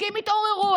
עסקים התעוררו,